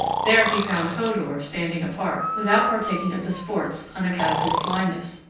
there he found hodur standing apart, without partaking of the sports, on account of his blindness,